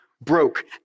broke